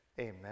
Amen